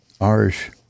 Irish